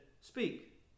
Speak